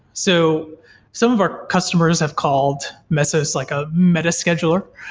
so some of our customers have called mesos like a meta-scheduler.